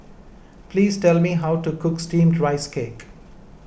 please tell me how to cook Steamed Rice Cake